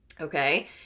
Okay